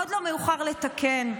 עוד לא מאוחר לתקן.